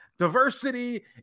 Diversity